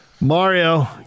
Mario